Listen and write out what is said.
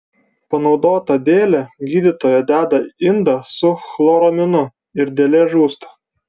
panaudotą dėlę gydytoja deda į indą su chloraminu ir dėlė žūsta